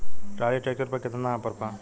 Trolley tractor पर केतना offer बा?